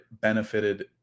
benefited